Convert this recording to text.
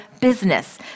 business